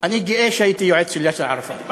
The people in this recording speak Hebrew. אני גאה שהייתי יועץ של יאסר ערפאת.